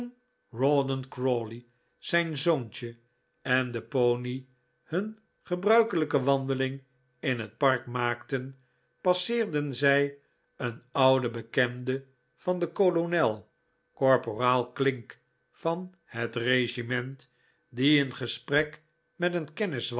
crawley zijn zoontje en de pony hun gebruikelijke wandeling in het park maakten passeerden zij een ouden bekende van den kolonel korporaal clink van het regiment die in gesprek met een kennis